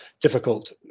difficult